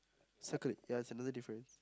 circle it ya it's another difference